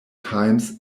times